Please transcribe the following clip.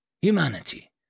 Humanity